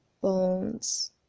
bones